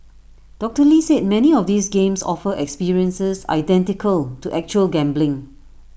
doctor lee said many of these games offer experiences identical to actual gambling